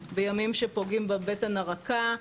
בימים שפוגעים בבטן הרכה.